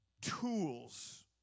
tools